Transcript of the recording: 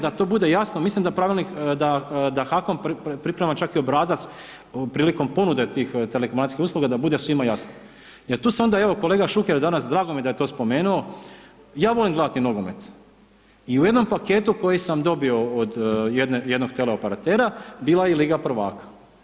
Da to bude jasno, mislim da pravilnik, da HAKOM priprema čak i obrazac prilikom ponude tih telekomunikacijskih usluga da bude svima jasnije jer tu se onda evo, kolega Šuker je danas, drago mi je da to spomenuo, ja volim gledati nogomet, i u jednom paketu koji sam dobio od jednog teleoperatera, bila je i Liga prvaka.